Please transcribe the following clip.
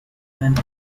rick